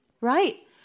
Right